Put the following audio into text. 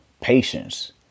patience